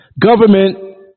Government